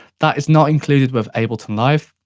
that is not included with ableton live.